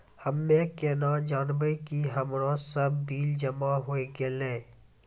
हम्मे केना जानबै कि हमरो सब बिल जमा होय गैलै?